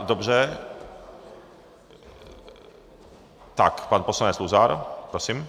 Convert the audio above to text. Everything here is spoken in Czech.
Dobře, tak pan poslanec Luzar, prosím.